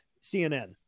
cnn